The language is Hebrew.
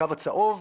הקו הצהוב,